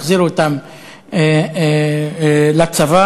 החזירו אותם לצבא.